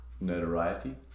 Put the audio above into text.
notoriety